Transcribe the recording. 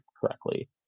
correctly